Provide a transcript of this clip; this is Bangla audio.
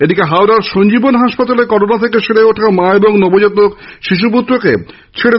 এদিকে হাওড়ার সঞ্জীবন হাসপাতালে করোনা থেকে সেরে ওঠা মা ও নবজাতক শিশু পুত্রকে ছাড়া হয়েছে